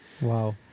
Wow